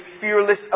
fearless